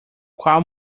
qual